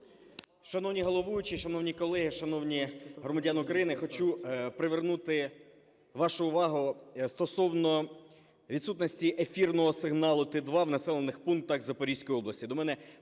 Шановні головуючі, шановні колеги, шановні громадяни України! Хочу привернути вашу увагу, стосовно відсутності ефірного сигналу Т2 в населених пунктах Запорізької області.